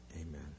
Amen